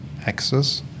access